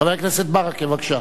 חבר הכנסת ברכה, בבקשה,